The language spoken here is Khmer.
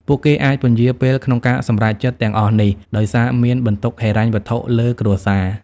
ពួកគេអាចពន្យារពេលក្នុងការសម្រេចចិត្តទាំងអស់នេះ ដោយសារមានបន្ទុកហិរញ្ញវត្ថុលើគ្រួសារ។